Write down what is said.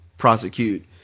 Prosecute